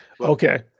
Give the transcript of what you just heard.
Okay